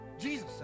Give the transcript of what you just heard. Jesus